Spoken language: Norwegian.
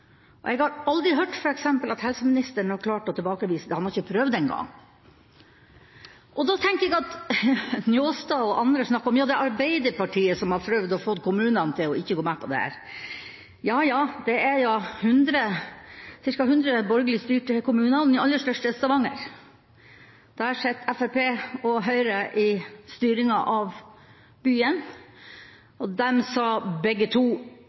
Jeg har aldri hørt at helseministeren har klart å tilbakevise det – han har ikke prøvd engang. Når Njåstad og andre snakker om at det er Arbeiderpartiet som har prøvd å få kommunene til ikke å være med på dette, tenker jeg at jaja, det er ca. 100 borgerlig styrte kommuner, og den aller største er Stavanger. Der sitter Fremskrittspartiet og Høyre i styringa av byen, og de sa begge to,